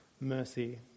mercy